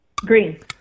Green